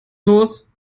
los